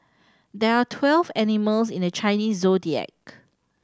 there are twelve animals in the Chinese Zodiac